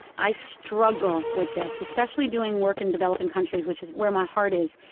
i struggle with this, especially doing work in developing countries, which is where my heart is.